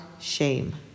shame